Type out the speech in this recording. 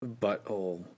butthole